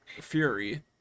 fury